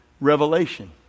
revelation